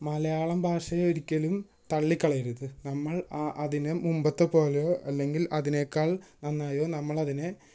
മലയാളം ഭാഷയെ ഒരിക്കലും തള്ളിക്കളയരുത് നമ്മള് അതിന് മുമ്പത്തെപ്പോലെയോ അല്ലെങ്കില് അതിനേക്കാള് നന്നായോ നമ്മളതിനെ